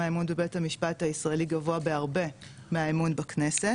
האמון בבית המשפט הישראלי גבוה בהרבה מהאמון בכנסת.